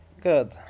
Good